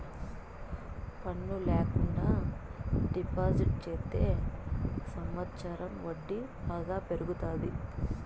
పన్ను ల్యాకుండా డిపాజిట్ చెత్తే సంవచ్చరం వడ్డీ బాగా పెరుగుతాది